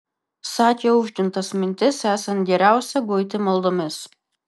sakė užgintas mintis esant geriausia guiti maldomis